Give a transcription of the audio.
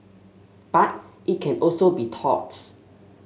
but it can also be taught